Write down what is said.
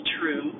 true